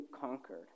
conquered